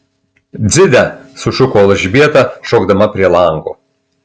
dzide sušuko elžbieta šokdama prie lango